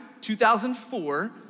2004